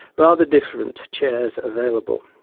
rather different chairs available.